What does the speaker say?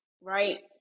right